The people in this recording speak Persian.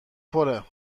پره